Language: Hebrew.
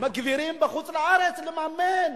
מגבירים בחוץ-לארץ לממן